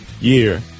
year